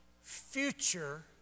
future